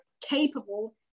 capable